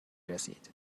رسید